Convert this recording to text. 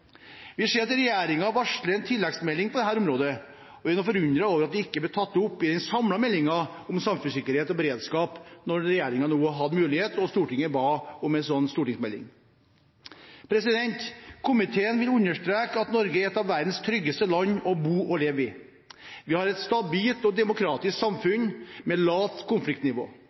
Vi ser at regjeringen varsler en tilleggsmelding på dette området, og vi er nå forundret over at det ikke blir tatt opp i den samlede meldingen om samfunnssikkerhet og beredskap, når regjeringen nå hadde mulighet og Stortinget ba om en slik stortingsmelding. Komiteen vil understreke at Norge er et av verdens tryggeste land å bo og leve i. Vi har et stabilt og demokratisk samfunn med lavt konfliktnivå.